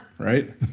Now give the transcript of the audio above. Right